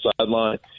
sideline